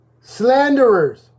slanderers